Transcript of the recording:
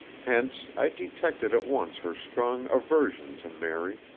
hence i detected at once her strong aversion to mary,